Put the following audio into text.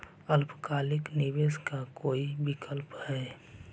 अल्पकालिक निवेश के का कोई विकल्प है?